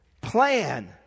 plan